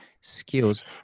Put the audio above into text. skills